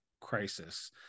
crisis